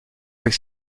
avec